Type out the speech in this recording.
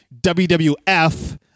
WWF